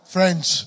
Friends